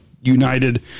United